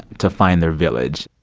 to find their village?